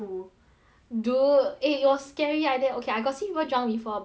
dude eh it was scary like that okay I got see people drunk before but like err